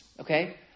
Okay